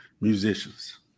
musicians